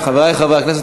חברי חברי הכנסת,